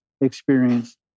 experience